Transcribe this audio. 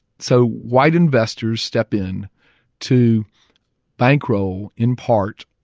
so white investors stepped in to bankroll, in part,